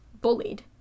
bullied